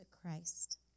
Christ